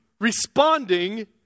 responding